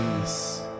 Peace